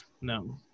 No